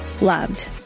loved